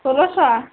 ষোলোশো